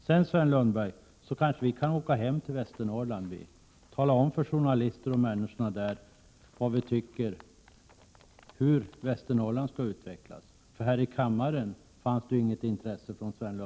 Sedan, Sven Lundberg: Vi kanske kan åka hem till Västernorrland och tala om för journalister och människor där hur vi tycker att Västernorrland skall